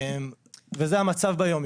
וזה המצב ביום-יום.